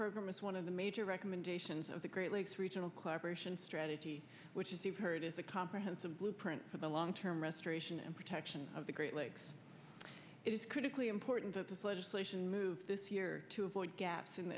program is one of the major recommendations of the great lakes regional cooperation strategy which is you've heard is a comprehensive blueprint for the long term restoration and protection of the great lakes it is critically important to legislation move this year to avoid gaps in the